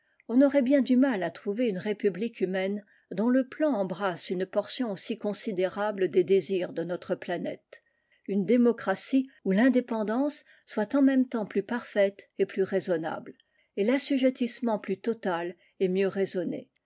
on aurait bien du mal à trouver une république humaine dont le plan embrasse une portion aussi considérable des désirs de notre planète une démocratie oîi l'indépendance soit en même temps plus parfaite et plus raisonnable et l'assujettissement plus total et mieux raisonné